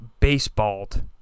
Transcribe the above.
baseballed